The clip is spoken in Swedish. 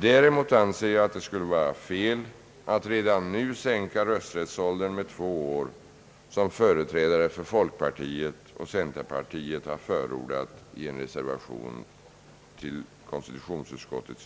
Däremot anser jag att det skulle vara fel att redan nu sänka rösträttsåldern med två är, som företrädare för folkpartiet och centerpartiet förordat i en reservation till konstitutionsutskottets